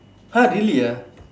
!huh! really ah